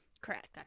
Correct